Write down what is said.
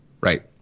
Right